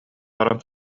баран